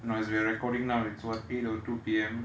you know as we are recording now it's what eight O two P_M